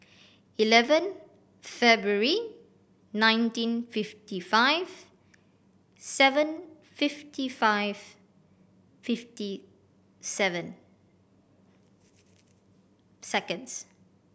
eleven February nineteen fifty five seven fifty five fifty seven seconds